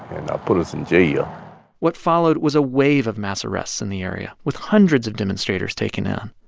and put us in jail what followed was a wave of mass arrests in the area, with hundreds of demonstrators taken in.